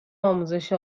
آموزش